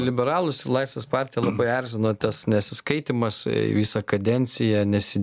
liberalus ir laisvės partiją labai erzino tas nesiskaitymas visą kadenciją nesi